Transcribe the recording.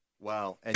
Wow